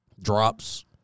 Drops